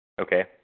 Okay